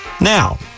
Now